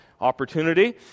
opportunity